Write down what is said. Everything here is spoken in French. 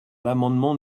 l’amendement